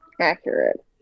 Accurate